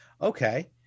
Okay